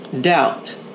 Doubt